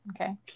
Okay